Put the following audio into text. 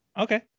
Okay